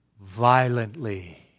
violently